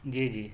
جی جی